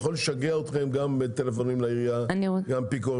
הוא יכול לשגע אתכם גם בטלפונים לעירייה וכו',